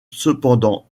cependant